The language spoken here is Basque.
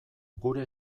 gure